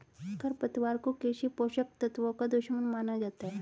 खरपतवार को कृषि पोषक तत्वों का दुश्मन माना जाता है